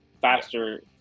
faster